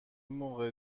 موقع